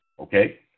okay